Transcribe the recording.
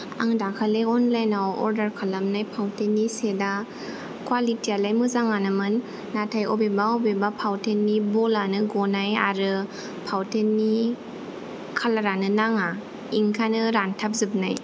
आं दाखालै अनलाइनाव अर्दार खालामनाय फावथेननि सेता क्वालितियालाय मोजाङानोमोन नाथाय अबेबा अबेबा फावथेननि बलानो गनाय आरो फावथेननि खालारानो नाङा इंकानो रान्थाबजोबनाय